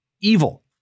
evil